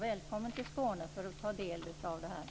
Välkommen till Skåne för att ta del av detta!